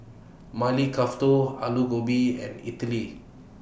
Maili Kofta Alu Gobi and Idili